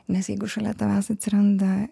nes jeigu šalia tavęs atsiranda